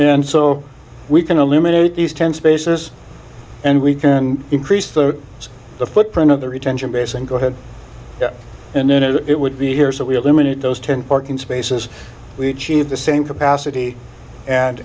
and so we can eliminate these ten spaces and we can increase the the footprint of the retention base and go ahead and then it would be here so we eliminate those ten parking spaces we achieve the same capacity and